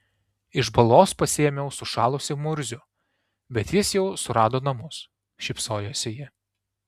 iš balos pasiėmiau sušalusį murzių bet jis jau surado namus šypsojosi ji